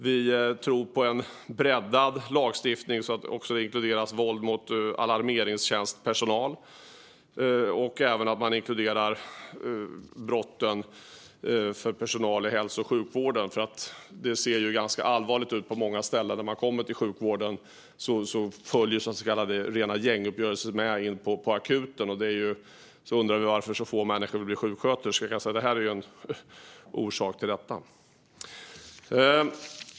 Vi tror på en breddad lagstiftning så att också våld mot alarmeringstjänstpersonal och brotten mot personal i hälso och sjukvården inkluderas. Det ser ganska allvarligt ut på många ställen. När man kommer till sjukvården följer rena gänguppgörelser med in på akuten. Och vi undrar varför så få vill bli sjuksköterskor. Det här är en orsak.